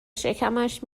شکمش